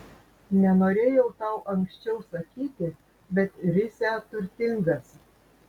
nenorėjau tau anksčiau sakyti bet risią turtingas